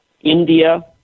India